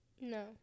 no